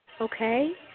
okay